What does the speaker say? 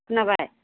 खोनाबाय